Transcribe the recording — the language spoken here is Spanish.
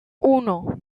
uno